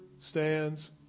stands